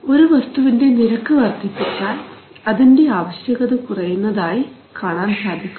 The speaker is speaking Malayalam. ഒരു വസ്തുവിൻറെ നിരക്ക് വർദ്ധിപ്പിച്ചാൽ അതിൻറെ ആവശ്യകത കുറയുന്നതായി കാണാൻ സാധിക്കും